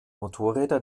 motorräder